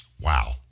Wow